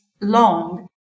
long